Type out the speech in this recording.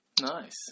Nice